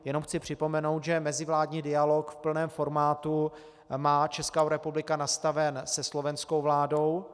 Jenom chci připomenout, že mezivládní dialog v plném formátu má Česká republika nastaven se slovenskou vládou.